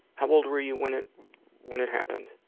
how old were you when it when it happened?